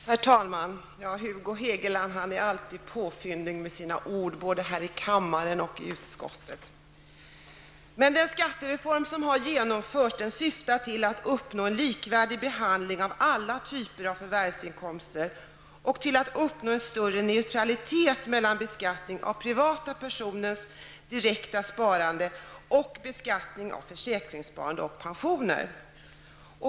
Herr talman! Hugo Hegeland är alltid fyndig i valet av ord, både här i kammaren och i utskottet. Men den skattereform som har genomförts syftar till en likvärdig behandling av alla typer av förvärvsinkomster och till en större neutralitet mellan beskattningar av privata personers direkta sparande och beskattning av försäkringssparande och pensioner.